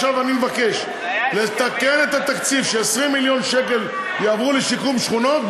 אני מבקש עכשיו לתקן את התקציב ש-20 מיליון יעברו לשיקום שכונות,